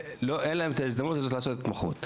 ואין להם את ההזדמנות הזאת לעשות התמחות.